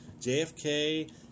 JFK